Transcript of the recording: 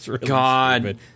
God